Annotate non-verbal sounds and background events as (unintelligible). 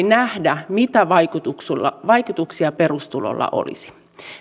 (unintelligible) nähdä mitä vaikutuksia perustulolla olisi